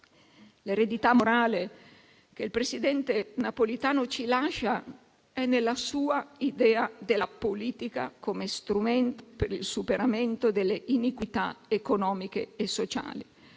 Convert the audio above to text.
L'eredità morale che il presidente Napolitano ci lascia è nella sua idea della politica quale strumento per il superamento delle iniquità economiche e sociali;